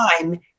time